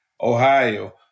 Ohio